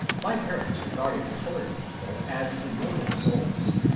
my parents regarded coloured people as immortal souls,